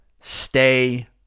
stay